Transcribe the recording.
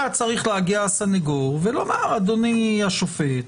היה צריך להגיע הסנגור ולומר: אדוני השופט,